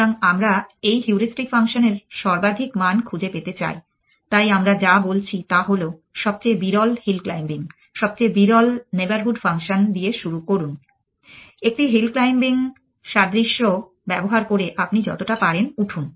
সুতরাং আমরা এই হিউরিস্টিক ফাংশনের সর্বাধিক মান খুঁজে পেতে চাই তাই আমরা যা বলছি তা হল সবচেয়ে বিরল হিল ক্লাইম্বিং সবচেয়ে বিরল নেইবরহুড ফাংশন দিয়ে শুরু করুন একটি হিল ক্লাইম্বিং সাদৃশ্য ব্যবহার করে আপনি যতটা পারেন উঠুন